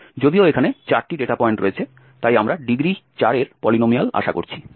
যদিও এখানে 4টি ডেটা পয়েন্ট রয়েছে তাই আমরা ডিগ্রী 4 এর পলিনোমিয়াল আশা করছি